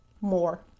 more